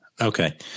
Okay